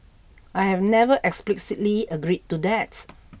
I have never explicitly agreed to that